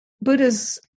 Buddha's